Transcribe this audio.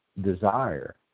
desire